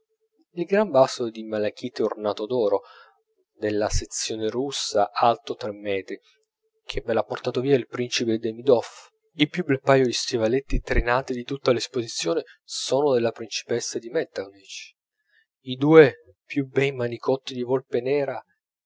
il gran vaso di malachite ornato d'oro della sezione russa alto tre metri ve l'ha portato via il principe demidoff il più bel paio di stivaletti trinati di tutta l'esposizione sono della principessa di metternich i due più bei manicotti di volpe nera